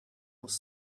was